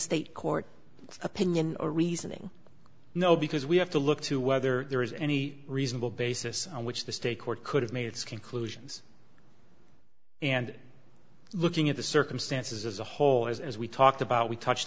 state court opinion or reasoning no because we have to look to whether there is any reasonable basis on which the state court could have made its conclusions and looking at the circumstances as a whole as we talked about we touched